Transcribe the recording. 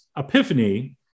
epiphany